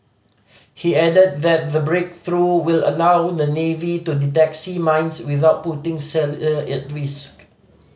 he added that the breakthrough will allow the navy to detect sea mines without putting sailor at risk